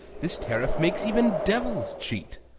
this tariff makes even devils cheat!